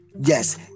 yes